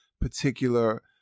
particular